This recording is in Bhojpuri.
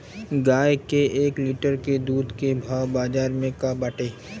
गाय के एक लीटर दूध के भाव बाजार में का बाटे?